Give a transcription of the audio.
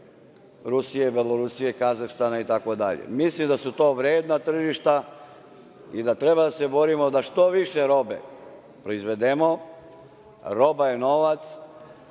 Rusije, Belorusije, Kazahstana itd. Mislim da su to vredna tržišta i da treba da se borimo da što više robe proizvedemo. Roba je novac.